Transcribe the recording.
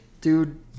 Dude